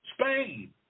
Spain